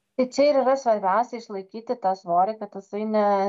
tai čia ir yra svarbiausia išlaikyti tą svorį kad jisai ne